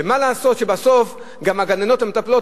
ומה לעשות שבסוף גם הגננות והמטפלות,